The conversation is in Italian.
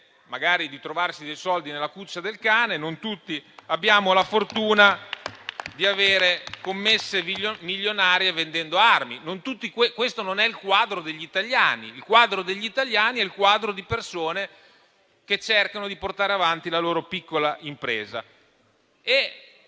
fortuna di trovare dei soldi nella cuccia del cane, non tutti abbiamo la fortuna di avere commesse milionarie vendendo armi. Questo non è il quadro degli italiani: gli italiani sono persone che cercano di portare avanti la loro piccola impresa.